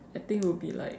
I think will be like